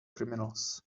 criminals